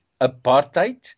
apartheid